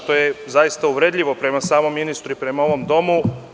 To je zaista uvredljivo i prema samom ministru i prema ovom domu.